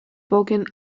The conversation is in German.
bogen